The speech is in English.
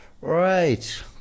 Right